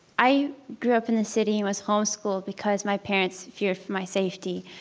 i grew up in the city and was homeschooled because my parents feared for my safety.